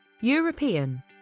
European